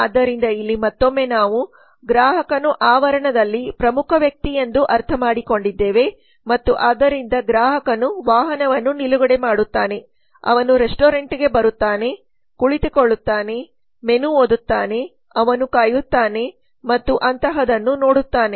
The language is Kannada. ಆದ್ದರಿಂದ ಇಲ್ಲಿ ಮತ್ತೊಮ್ಮೆ ನಾವು ಗ್ರಾಹಕನು ಆವರಣದಲ್ಲಿ ಪ್ರಮುಖ ವ್ಯಕ್ತಿ ಎಂದು ಅರ್ಥಮಾಡಿಕೊಂಡಿದ್ದೇವೆ ಮತ್ತು ಆದ್ದರಿಂದ ಗ್ರಾಹಕನು ವಾಹನವನ್ನು ನಿಲುಗಡೆ ಮಾಡುತ್ತಾನೆ ಅವನು ರೆಸ್ಟೋರೆಂಟ್ಗೆ ಬರುತ್ತಾನೆ ಅವನು ಕುಳಿತುಕೊಳ್ಳುತ್ತಾನೆ ಅವನು ಮೆನು ಓದುತ್ತಾನೆ ಅವನು ಕಾಯುತ್ತಾನೆ ಮತ್ತು ಅಂತಹದನ್ನು ನೋಡುತ್ತಾನೆ